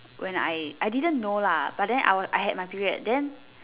when I I didn't know lah but then I would I had my period then